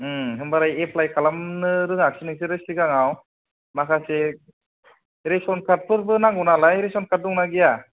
होमबालाय एप्लाइ खालामनो रोङाखसै नोंसोरो सिगाङाव माखासे रेसन कार्डफोरबो नांगौ नालाय रेसन कार्ड दंना गैया